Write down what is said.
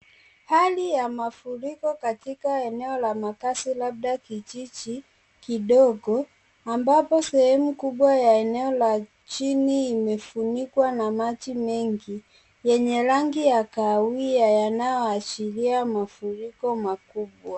Hali ya mafuriko katika eneo la makazi, labda kijiji kidogo, ambapo sehemu kubwa ya eneo la chini imefunikwa na maji mengi, yenye rangi ya kahawia, yanayoashiria mafuriko makubwa.